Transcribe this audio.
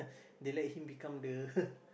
they let him become the